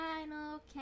final